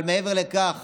אבל מעבר לכך